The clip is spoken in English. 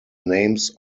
names